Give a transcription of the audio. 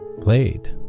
played